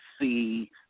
see